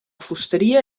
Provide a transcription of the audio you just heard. fusteria